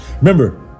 Remember